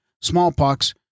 smallpox